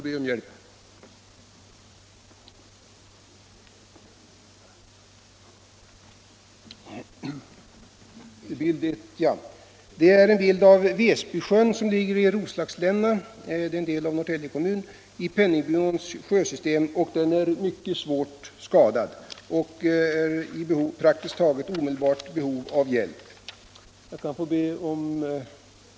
Bild 1 föreställer Väsbysjön, som ligger i Norrtälje kommun i Penningbyåns sjösystem. Den är mycket svårt skadad och i praktiskt taget omedelbart behov av åtgärder.